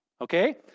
okay